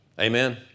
Amen